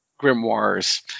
grimoires